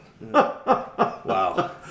wow